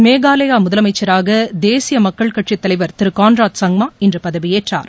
மேகாலயா முதலமைச்சராக தேசிய மக்கள் கட்சித்தலைவர் திரு கான்ராட் சுப்மா இன்று பதவியேற்றார்